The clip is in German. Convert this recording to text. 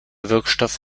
wirkstoff